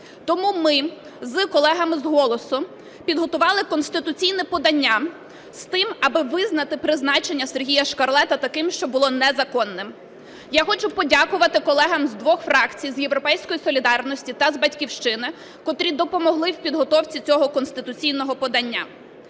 Тому ми з колегами з "Голосу" підготували конституційне подання з тим, аби визнати призначення Сергія Шкарлета таким, що було незаконним. Я хочу подякувати колегам з двох фракцій, з "Європейської солідарності" та з "Батьківщини", котрі допомогли в підготовці цього конституційного подання.